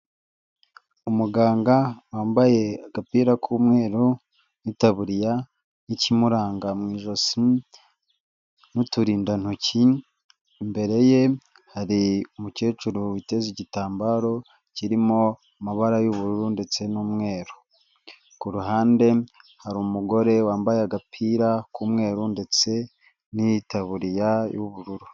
Umuganga wambaye agapira k'umweru n'itaburiya n'ikimuranga mu ijosi n'uturindantoki imbere ye hari umukecuru witeze igitambaro kirimo amabara y'ubururu ndetse n'umweru, ku ruhande hari umugore wambaye agapira k'umweru ndetse n'itaburiya y'ubururu.